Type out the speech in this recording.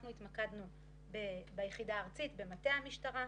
אנחנו התמקדנו ביחידה הארצית ובמטה הכללי.